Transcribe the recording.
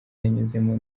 yanyuzemo